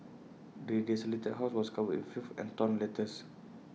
the desolated house was covered in filth and torn letters